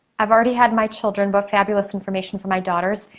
i've already had my children but fabulous information for my daughters.